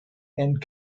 and